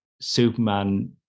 superman